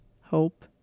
hope